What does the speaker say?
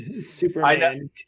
Superman